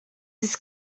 his